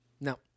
No